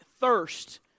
thirst